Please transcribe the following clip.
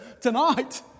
tonight